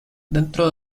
dentro